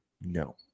No